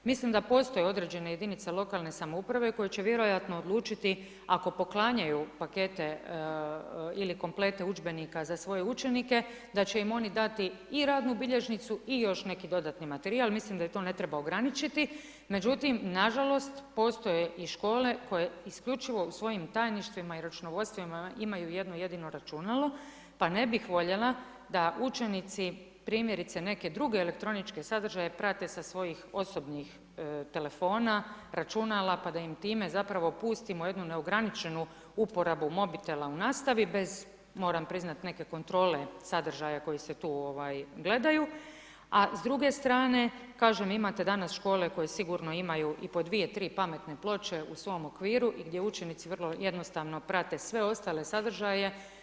Mislim da postoje određene jedinice lokalne samouprave koje će vjerojatno odlučiti ako poklanjanju pakete ili komplete udžbenika za svoje učenike, da će im oni dati i radnu bilježnicu i još neki dodatni materijal, mislim da im to ne treba ograničiti, međutim nažalost postoje i škole koje isključivo u svojim tajništvima i računovodstvima imaju jedno jedino računalo pa ne bih voljela da učenici primjerice neke druge elektroničke sadržaje prate sa svojih osobnih telefona, računala pa da im time zapravo pustimo jednu neograničenu uporabu mobitela u nastavi bez, moram priznati neke kontrole sadržaja koji se tu gledaju a s druge strane kažem, imate danas škole koje sigurno imaju i po dvije, tri pametne ploče u svom okviru i gdje učenici vrlo jednostavno prate sve ostale sadržaje.